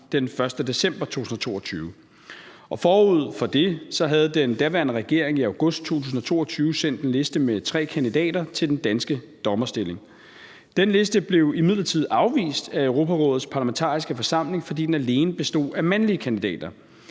den 1. december 2022. Forud for det havde den daværende regering i august 2022 sendt en liste med tre kandidater til den danske dommerstilling. Den liste blev imidlertid afvist af Europarådets Parlamentariske Forsamling, fordi den alene bestod af mandlige kandidater.